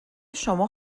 شما